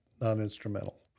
non-instrumental